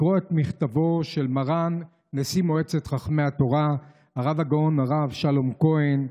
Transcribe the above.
לקרוא את מכתבו של מרן נשיא מועצת חכמי התורה הרב הגאון הרב שלום כהן,